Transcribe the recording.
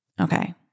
Okay